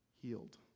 healed